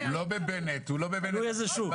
תלוי איזה שוק...